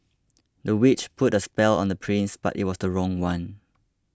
the witch put a spell on the prince but it was the wrong one